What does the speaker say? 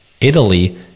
Italy